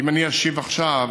אם אני אשיב עכשיו